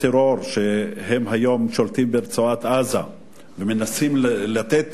אותם מנהיגי טרור שהיום שולטים ברצועת-עזה ומנסים לתת